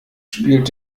spielt